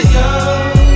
young